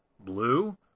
blue